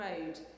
road